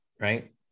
Right